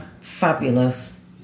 fabulous